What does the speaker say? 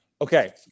Okay